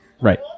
right